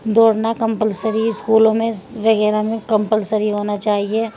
دوڑنا کمپلسری اسکولوں میں وغیرہ میں کمپلسری ہونا چاہیے